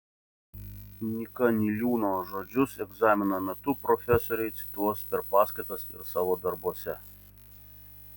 nyka niliūno žodžius egzamino metu profesoriai cituos per paskaitas ir savo darbuose